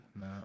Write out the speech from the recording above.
No